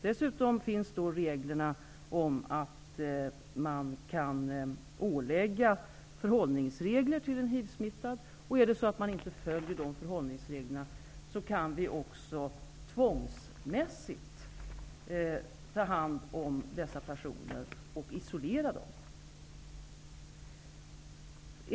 Dessutom finns möjlighet att ålägga en hivsmittad förhållningsregler, och är det så att han eller hon inte följer de förhållningsreglerna, kan vi tvångsmässigt ta hand om och isolera personen i fråga.